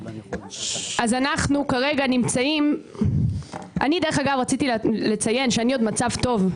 דרך אגב, אני רציתי לציין שאני עוד במצב טוב.